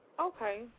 Okay